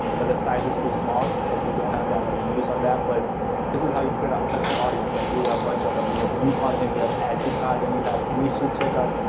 but the size is too small because we don't have that many views on that, but this is how you create a custom audience and you have bunch of a media view content, you have add to cart, you have initial check out,